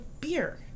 beer